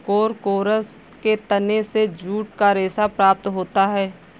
Corchorus के तने से जूट का रेशा प्राप्त होता है